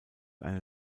eine